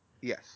Yes